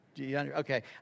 Okay